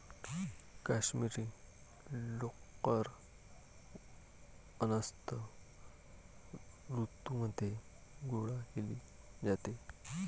काश्मिरी लोकर वसंत ऋतूमध्ये गोळा केली जाते